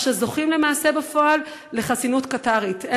אשר זוכים למעשה בפועל לחסינות קטארית.